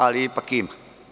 Ali, ipak i ima.